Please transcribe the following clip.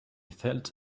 felt